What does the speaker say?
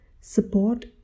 Support